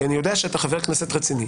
כי אני יודע שאתה חבר כנסת רציני,